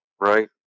Right